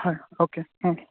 হয় অ'কে